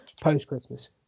post-Christmas